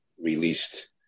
released